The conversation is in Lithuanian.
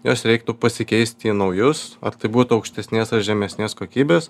juos reiktų pasikeisti į naujus ar tai būtų aukštesnės ar žemesnės kokybės